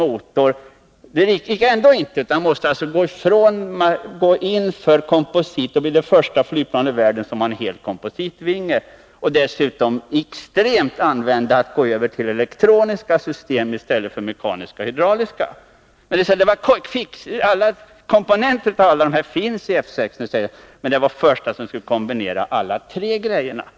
Men det räcker inte med det, utan det här flygplanet kommer att bli det första i världen som helt har en kompositervinge, och dessutom går man över extremt till elektroniska system i stället för mekaniska-hydrauliska. Alla dessa komponenter finns delvis i t.ex. amerikanska F 16, men här blir det första gången man kombinerar dessa tre utvecklingslinjer fullt ut.